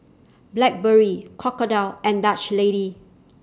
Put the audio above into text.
Blackberry Crocodile and Dutch Lady